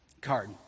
card